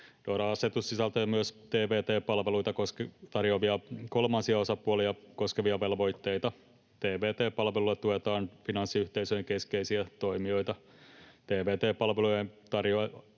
DORA-asetus sisältää myös tvt-palveluita tarjoavia kolmansia osapuolia koskevia velvoitteita. Tvt-palveluilla tuetaan finanssiyhteisöjen keskeisiä toimintoja.